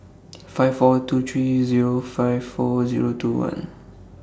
five four two three Zero five four Zero two one